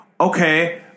okay